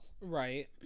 Right